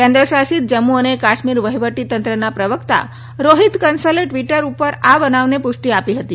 કેન્દ્ર શાસિત જમ્મુ અને કાશ્મીર વહીવટી તંત્રના પ્રવક્તા રોહિત કંસલે ટ્વીટર ઉપર આ બનાવને પુષ્ટિ આપી હતી